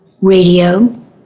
radio